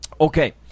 okay